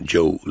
Joe